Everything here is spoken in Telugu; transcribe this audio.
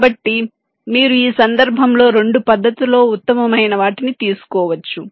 కాబట్టి మీరు ఈ సందర్భంలో రెండు పద్దతులలో ఉత్తమమైన వాటిని తీసుకోవచ్చు